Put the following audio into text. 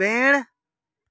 पेड़